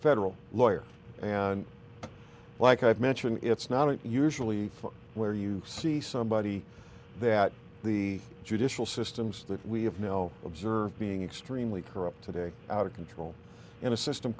federal lawyer and like i have mentioned it's not usually where you see somebody that the judicial systems that we have no observe being extremely corrupt today out of control in a system